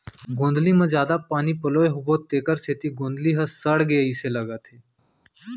गोंदली म जादा पानी पलोए होबो तेकर सेती गोंदली ह सड़गे अइसे लगथे